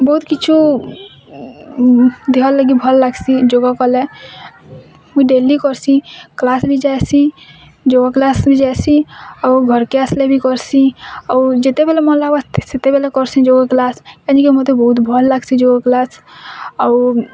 ବହୁତ୍ କିଛୁ ଦିହର୍ ଲାଗି ଭଲ୍ ଲାଗ୍ସି ଯୋଗ କଲେ ମୁଇଁ ଡ଼େଲି କର୍ସିଁ କ୍ଲାସ୍ ବି ଯାଏସିଁ ଯୋଗ କ୍ଲାସ୍ ବି ଯାଏସିଁ ଆଉ ଘର୍କେ ଆସ୍ଲେ ବି କର୍ସିଁ ଆଉ ଯେତେବେଲେ ମନ୍ ଲାଗବା ସେତେବେଲେ କଗ୍ସିଁ ଯୋଗ କ୍ଲାସ୍ ମୋତେ ବହୁତ୍ ଭଲ୍ ଲାଗ୍ସି ଯୋଗ କ୍ଲାସ୍ ଆଉ